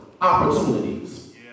opportunities